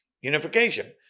unification